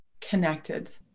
connected